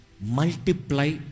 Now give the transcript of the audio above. Multiply